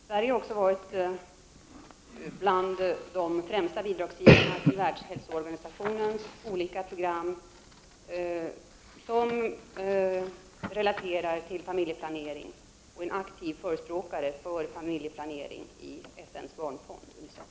Sverige har också varit bland de främsta bidragsgivarna till världshälsoorganisationens, WHO:s, olika program, som relaterar till familjeplanering, och en aktiv förespråkare för familjeplanering i FN:s barnfond, UNICEF.